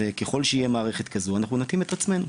ככל שתהיה מערכת כזו אנחנו נתאים את עצמנו.